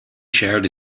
shared